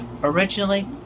Originally